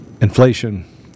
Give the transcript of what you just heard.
inflation